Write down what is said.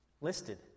listed